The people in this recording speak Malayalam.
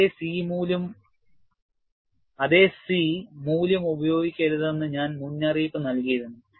അതേ C മൂല്യം ഉപയോഗിക്കരുതെന്ന് ഞാൻ മുന്നറിയിപ്പ് നൽകിയിരുന്നു